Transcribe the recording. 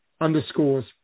underscores